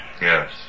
Yes